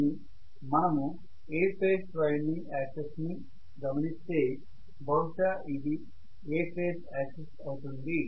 కానీ మనము A phase winding axis ని గమనిస్తే బహుశా ఇది A ఫేజ్ యాక్సిస్ అవుతుంది